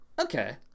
Okay